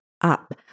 up